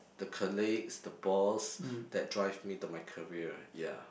the colleagues the boss that drive me to my career ya